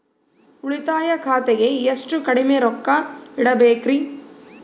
ಉಳಿತಾಯ ಖಾತೆಗೆ ಎಷ್ಟು ಕಡಿಮೆ ರೊಕ್ಕ ಇಡಬೇಕರಿ?